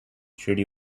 treaty